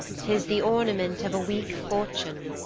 tis the ornament of a weak fortune.